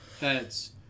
Heads